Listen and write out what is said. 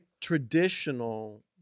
traditional